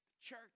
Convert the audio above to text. church